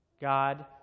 God